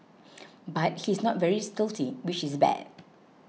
but he is not very stealthy which is bad